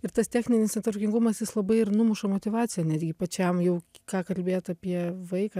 ir tas techninis netvarkingumas jis labai ir numuša motyvaciją netgi pačiam jau ką kalbėt apie vaiką